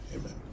Amen